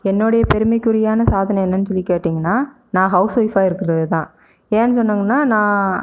என்னுடைய பெருமைக்குரியான சாதனை என்னன்னு சொல்லி கேட்டிங்கன்னா நான் ஹவுஸ் ஒய்ஃப்பாக இருக்குறது தான் ஏன்னு சொன்னோங்கன்னா நான்